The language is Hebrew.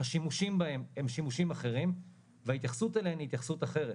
השימושים בהן הם שימושים אחרים וההתייחסות אליהן היא התייחסות אחרת